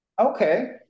Okay